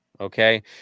okay